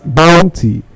bounty